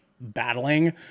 battling